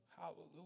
Hallelujah